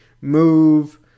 Move